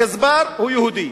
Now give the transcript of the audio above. הגזבר הוא יהודי,